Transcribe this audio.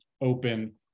open